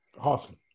Awesome